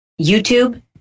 YouTube